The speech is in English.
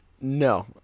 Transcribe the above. No